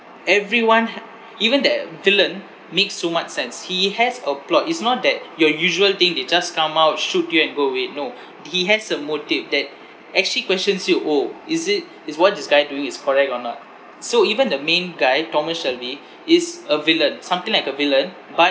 everyone ha~ even the villain makes so much sense he has a plot it's not that your usual thing they just come out shoot you and go away no he has a motive that actually questions you orh is it is what this guy doing is correct or not so even the main guy thomas shelby is a villain something like a villain but